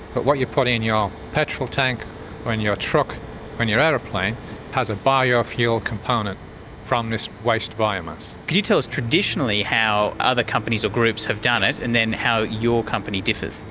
but what you put in your petrol tank or in your truck or in your aeroplane has a biofuel component from this waste biomass. can you tell us traditionally how other companies or groups have done it and then how your company differs?